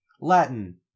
latin